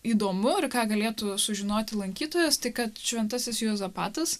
įdomu ir ką galėtų sužinoti lankytojas kad šventasis juozapatas